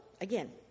again